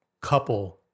couple